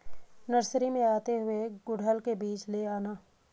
nursery से आते हुए गुड़हल के बीज ले आना